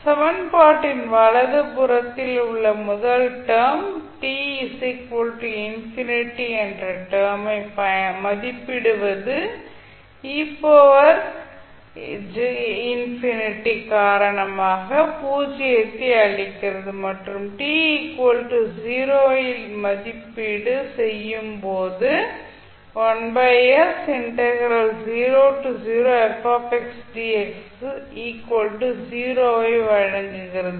சமன்பாட்டின் வலது புறத்தில் உள்ள முதல் டேர்ம் t ∞ என்ற டேர்ம் ஐ மதிப்பிடுவது e−s∞ காரணமாக பூஜ்ஜியத்தை அளிக்கிறது மற்றும் t 0 இல் மதிப்பீடு செய்யும் போது ஐ வழங்குகிறது